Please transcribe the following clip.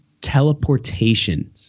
teleportation